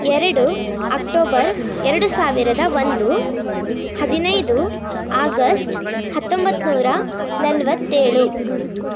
ಎರಡು ಅಕ್ಟೋಬರ್ ಎರಡು ಸಾವಿರದ ಒಂದು ಹದಿನೈದು ಆಗಸ್ಟ್ ಹತ್ತೊಂಬತ್ತುನೂರಾ ನಲವತ್ತೇಳು